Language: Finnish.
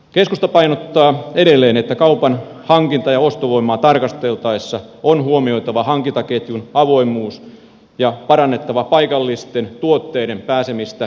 keskusta painottaa edelleen että kaupan hankinta ja ostovoimaa tarkastellessa on huomioitava hankintaketjun avoimuus ja parannettava paikallisten tuotteiden pääsemistä kaupan jakeluun